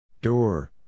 Door